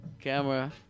Camera